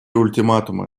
ультиматумы